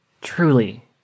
Truly